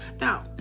now